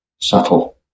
subtle